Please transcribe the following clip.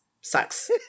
Sucks